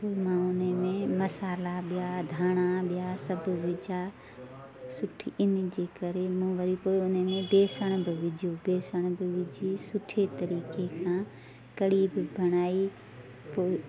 पोइ मां उनमें मसाला ॿिया धाणा ॿिया सभु विझा सुठी इनजे करे मूं पोइ वरी इनमें बेसण बि विझो बेसण बि विझी सुठे तरीके़ खां कढ़ी बि बणाई पोइ